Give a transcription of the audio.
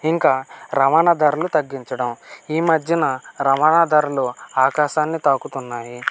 ఇంకా రవాణా ధరలు తగ్గించడం ఈ మధ్యన రవాణా ధరలు ఆకాశాన్ని తాకుతున్నాయి